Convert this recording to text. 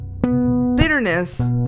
bitterness